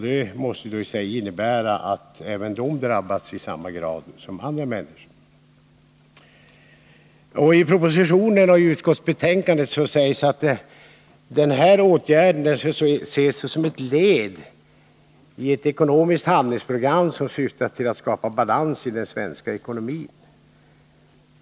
De drabbas ju då i samma grad som andra människor. I propositionen och utskottsbetänkandet sägs att den här åtgärden skall ses som ett led i ett ekonomiskt handlingsprogram som syftar till att skapa balans i den svenska ekonomin.